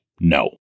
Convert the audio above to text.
no